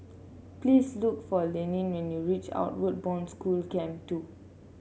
please look for Lennie when you reach Outward Bound School Camp Two